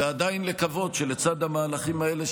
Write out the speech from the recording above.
ועדיין לקוות שלצד המהלכים האלה,